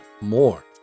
more